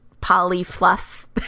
poly-fluff